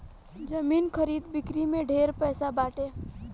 जमीन खरीद बिक्री में ढेरे पैसा बाटे